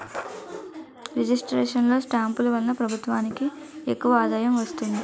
registration లో స్టాంపులు వలన ప్రభుత్వానికి ఎక్కువ ఆదాయం వస్తుంది